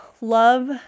love